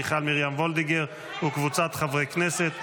מיכל מרים וולדיגר וקבוצת חברי הכנסת,